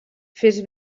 fes